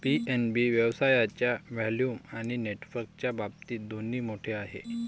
PNB व्यवसायाच्या volume आणि नेटवर्कच्या बाबतीत दोन्ही मोठे आहे